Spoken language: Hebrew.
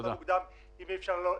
אין פה כלום.